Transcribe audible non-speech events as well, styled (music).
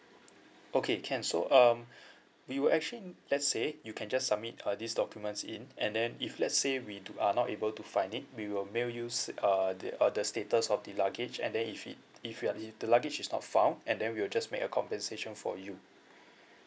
okay can so um (breath) we will actually let's say you can just submit uh these documents in and then if let's say we do are not able to find it we will mail you s~ uh the uh the status of the luggage and then if it if you're if the luggage is not found and then we'll just make a compensation for you